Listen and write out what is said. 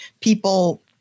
people